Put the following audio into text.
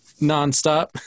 nonstop